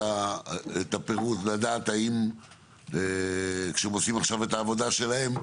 את הפירוט לדעת האם כשהם עושים עכשיו את העבודה שלהם,